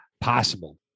possible